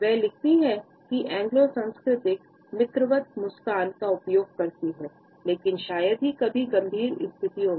वह लिखती हैं कि एंग्लो संस्कृति मित्रवत मुस्कान का उपयोग करती है लेकिन शायद ही कभी गंभीर स्थितियों में